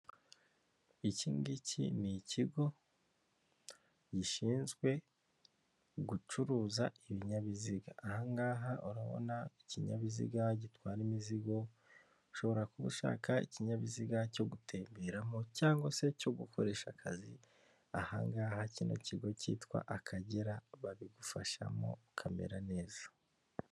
Iki ni ikigo gishinzwe gucuruza ibinyabiziga, ahangaha urabona ikinyabiziga gitwara imizigo ushobora kuba ushaka ikinyabiziga cyo gutemberamo cyangwa se cyo gukoresha akaza ahangaha iki kigo cyitwa akagera babigufashamo ukamera neza.